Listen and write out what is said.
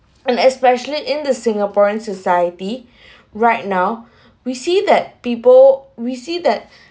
and especially in the singaporean society right now we see that people we see that